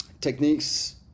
techniques